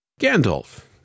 Gandalf